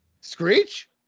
Screech